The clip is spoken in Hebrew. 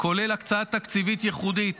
-- כולל הקצאה תקציבית ייחודית